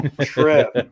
trip